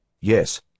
Yes